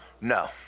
No